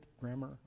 grammar